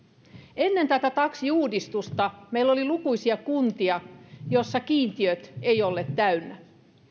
ennen tätä taksiuudistusta meillä oli lukuisia kuntia joissa kiintiöt eivät olleet täynnä